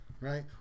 Right